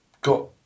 got